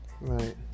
right